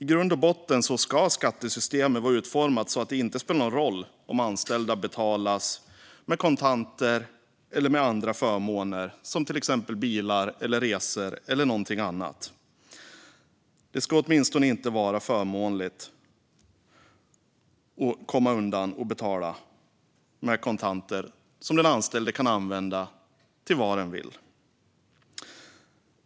I grund och botten ska skattesystemet vara utformat så att det inte spelar någon roll om anställda betalas med kontanter eller andra förmåner, till exempel bilar, resor eller någonting annat. Det ska åtminstone inte vara förmånligt för arbetsgivare att komma undan att betala med kontanter som den anställde kan använda till vad den vill.